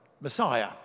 Messiah